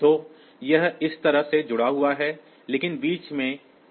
तो यह इस तरह से जुड़ा हुआ है लेकिन बीच में कई अन्य चीजें हैं